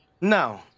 No